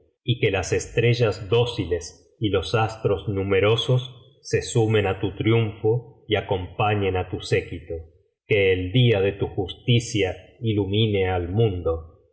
y que las estrellas dóciles y los astros numerosos se sumen á tu triunfo y acompañen á tu séquito que el día de tu justicia ilumine al mundo